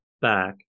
back